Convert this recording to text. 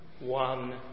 one